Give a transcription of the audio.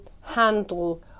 handle